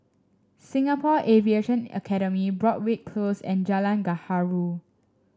Singapore Aviation Academy Broadrick Close and Jalan Gaharu